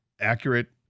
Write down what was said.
accurate